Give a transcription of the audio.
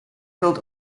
built